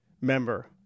member